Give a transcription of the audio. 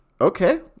Okay